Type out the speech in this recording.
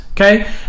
Okay